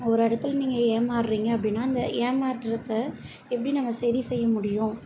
ஒரு இடத்துல நீங்கள் ஏமாறுறீங்க அப்படின்னா அந்த ஏமாற்றத்தை எப்படி நம்ம சரி செய்ய முடியும்